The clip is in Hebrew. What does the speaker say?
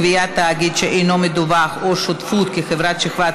קביעת תאגיד שאינו מדווח או שותפות כחברת שכבה),